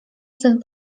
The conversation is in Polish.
syn